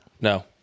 No